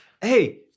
Hey